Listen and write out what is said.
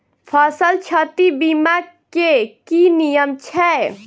फसल क्षति बीमा केँ की नियम छै?